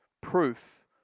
proof